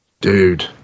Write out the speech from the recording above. dude